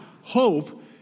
hope